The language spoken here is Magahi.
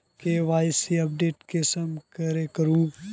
के.वाई.सी अपडेट कुंसम करे करूम?